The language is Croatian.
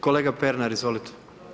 Kolega Pernar izvolite.